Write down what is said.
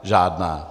Žádná.